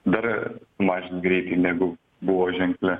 dar mažint greitį negu buvo ženkle